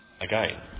again